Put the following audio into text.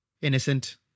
innocent